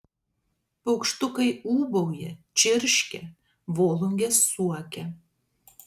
paukštukai ūbauja čirškia volungės suokia